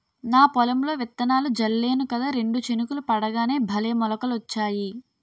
నా పొలంలో విత్తనాలు జల్లేను కదా రెండు చినుకులు పడగానే భలే మొలకలొచ్చాయి